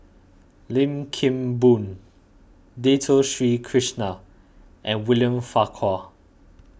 Lim Kim Boon Dato Sri Krishna and William Farquhar